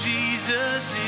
Jesus